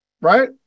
right